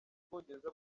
ubwongereza